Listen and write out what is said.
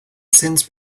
since